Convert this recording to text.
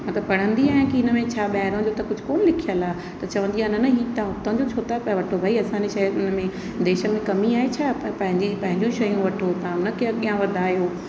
मां त पढ़ंदी आहियां की हिन में छा ॿाहिरां जो त कुझु कोन्ह लिखयलु आहे त चवंदी आहियां न न तव्हां हुतां जो छो था पिया वठो भई असांजी शइ हुनमें देश में कमी आहे छा पंहिंजी पंहिंजो शयूं वठो तव्हां हुनखे अॻियां वधायो